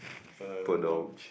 so we'll move on